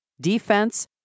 defense